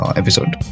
episode